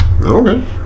Okay